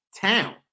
town